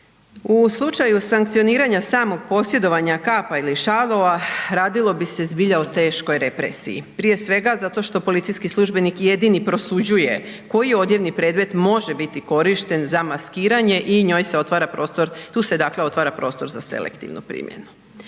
U slučaju sankcioniranja samog posjedovanja kapa ili šalova, radilo bi se zbilja o teškoj represiji, prije svega zato što policijski službenik jedini prosuđuje koji odjevni predmet može biti korišten za maskiranje i njoj se otvara prostor, tu se